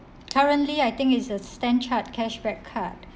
currently I think it's a stanchart cashback card